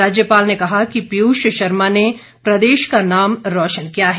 राज्यपाल ने कहा कि पीयूष शर्मा ने प्रदेश का नाम रोशन किया है